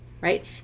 right